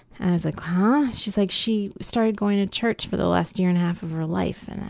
and i was like, huh? she like she started going to church for the last year and a half of her life and and